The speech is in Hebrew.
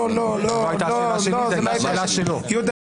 יהודה, אני